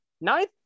Ninth